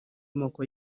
moko